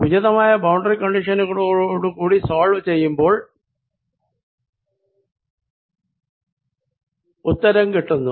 ഉചിതമായ ബൌണ്ടറി കണ്ടിഷനുകളോട് കൂടി സോൾവ് ചെയ്യുമ്പോൾ ഉത്തരം കിട്ടുന്നു